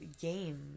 game